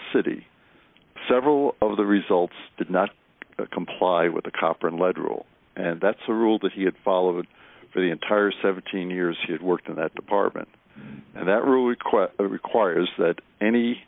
city several of the results did not comply with the copper and lead role and that's a rule that he had followed for the entire seventeen years he had worked in that department and that rule request requires that any